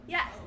Yes